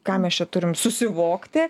ką mes čia turim susivokti